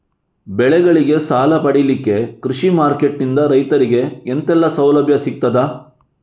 ಬೆಳೆಗಳಿಗೆ ಸಾಲ ಪಡಿಲಿಕ್ಕೆ ಕೃಷಿ ಮಾರ್ಕೆಟ್ ನಿಂದ ರೈತರಿಗೆ ಎಂತೆಲ್ಲ ಸೌಲಭ್ಯ ಸಿಗ್ತದ?